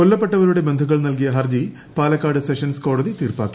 കൊല്ലപ്പെട്ടവരുടെ ബന്ധുക്കൾ നൽകിയ ഹർജി പാലക്കാട് സെഷൻസ് കോടതി തീർപ്പാക്കി